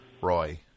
Roy